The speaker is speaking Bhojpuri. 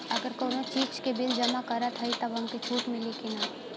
अगर कउनो चीज़ के बिल जमा करत हई तब हमके छूट मिली कि ना?